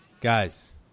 Guys